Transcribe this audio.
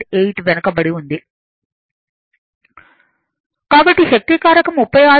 8 వెనుకబడి ఉంది కాబట్టి శక్తి కారకం 36